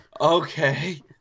Okay